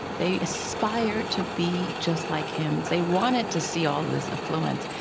they aspired to be just like him. they wanted to see all this affluence,